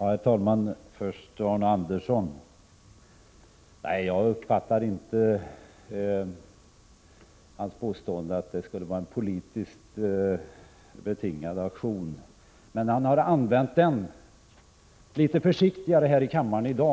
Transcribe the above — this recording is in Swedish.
Herr talman! Först till Arne Andersson i Ljung: Jag uppskattar inte hans påstående att det här skulle vara fråga om en politiskt betingad aktion. Han har i dag här i kammaren uttryckt sig litet försiktigare,